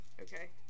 Okay